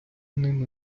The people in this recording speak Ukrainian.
ними